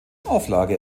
auflage